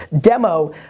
demo